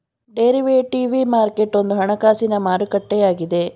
derivative market ಒಂದು ಹಣಕಾಸಿನ ಮಾರುಕಟ್ಟೆಯಾಗಿದೆ